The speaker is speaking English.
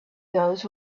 those